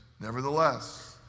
nevertheless